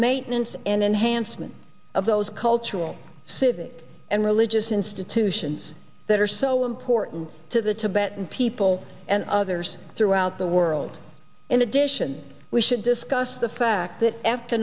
maintenance and enhancement of those cultural civic and religious institutions that are so important to the tibetan people and others throughout the world in addition we should discuss the fact that after